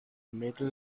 middle